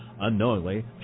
Unknowingly